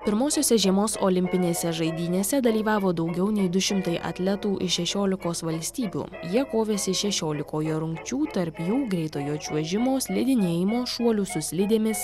pirmosiose žiemos olimpinėse žaidynėse dalyvavo daugiau nei du šimtai atletų iš šešiolikos valstybių jie kovėsi šešiolikoje rungčių tarp jų greitojo čiuožimo slidinėjimo šuolių su slidėmis